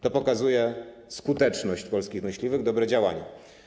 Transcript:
To pokazuje skuteczność polskich myśliwych, dobre działanie.